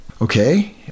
Okay